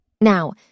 Now